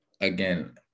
again